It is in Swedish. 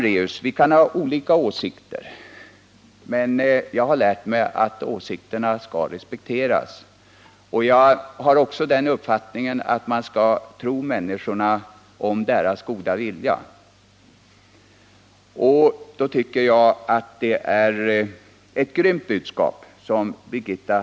Vi kan ha olika åsikter, Birgitta Hambraeus, men jag har lärt mig att andras åsikter skall respekteras. Jag har också den uppfattningen att man skall tro på människornas goda vilja, och då tycker jag att Birgitta Hambraeus budskap är grymt.